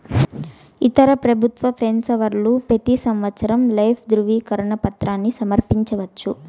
ఇతర పెబుత్వ పెన్సవర్లు పెతీ సంవత్సరం లైఫ్ దృవీకరన పత్రాని సమర్పించవచ్చు